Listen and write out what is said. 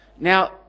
Now